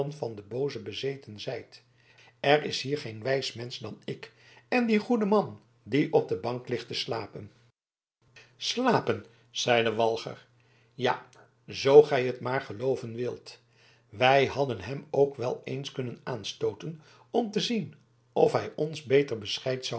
van den booze bezeten zijt er is hier geen wijs mensch dan ik en die goede man die op de bank ligt te slapen slapen zeide walger ja zoo gij t maar gelooven wilt wij hadden hem ook wel eens kunnen aanstooten om te zien of hij ons beter bescheid